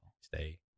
Stay